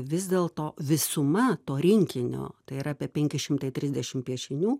vis dėlto visuma to rinkinio tai yra apie penki šimtai trisdešim piešinių